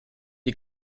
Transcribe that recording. die